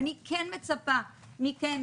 ואני כן מצפה מכם,